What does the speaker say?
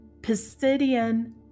Pisidian